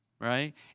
right